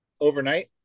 overnight